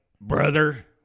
Brother